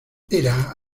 era